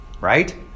right